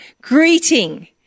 greeting